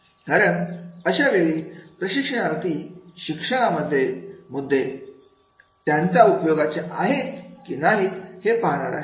कारण अशावेळी प्रशिक्षणार्थी शिक्षणामधील मुद्दे त्यांच्या उपयोगाचे आहेत की नाहीत हे पाहणार आहेत